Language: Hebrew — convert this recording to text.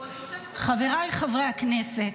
חבריי חברי הכנסת,